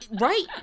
Right